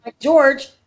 George